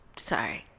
Sorry